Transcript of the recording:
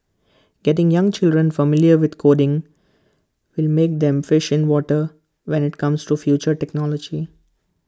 getting young children familiar with coding will make them fish in water when IT comes to future technology